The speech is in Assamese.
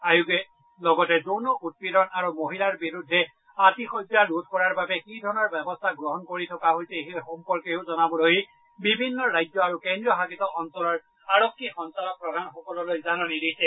আয়োগে লগতে যৌন উৎপীড়ন আৰু মহিলাৰ বিৰুদ্ধে আতিশয্যা ৰোধ কৰাৰ বাবে কি ধৰণৰ ব্যৱস্থা গ্ৰহণ কৰি থকা হৈছে সেই সম্পৰ্কেও জনাবলৈ বিভিন্ন ৰাজ্য আৰু কেন্দ্ৰীয় শাসিত অঞ্চলৰ আৰক্ষী সঞ্চালকপ্ৰধানসকলৈ জাননী দিছে